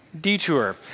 Detour